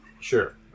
Sure